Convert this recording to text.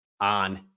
on